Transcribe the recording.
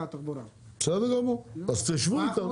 בסדר גמור, אז תשבו איתם.